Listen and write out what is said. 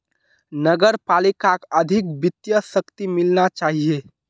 नगर पालिकाक अधिक वित्तीय शक्ति मिलना चाहिए